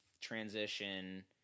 transition